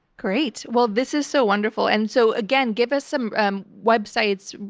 great. well, this is so wonderful. and so again, give us some um websites,